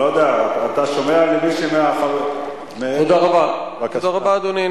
אני לא יודע, אתה שומע למי, תודה רבה, אדוני.